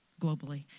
globally